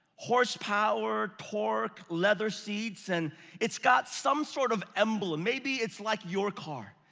horse power, torque, leather seats, and it's got some sort of emblem. maybe it's like your car.